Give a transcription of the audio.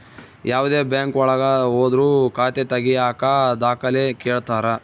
ಯಾವ್ದೇ ಬ್ಯಾಂಕ್ ಒಳಗ ಹೋದ್ರು ಖಾತೆ ತಾಗಿಯಕ ದಾಖಲೆ ಕೇಳ್ತಾರಾ